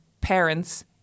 parents